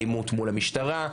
אלימות מול המשטרה,